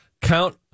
count